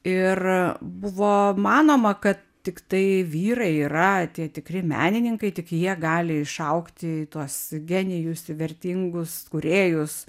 ir buvo manoma kad tiktai vyrai yra tie tikri menininkai tik jie gali išaugti į tuos genijus į vertingus kūrėjus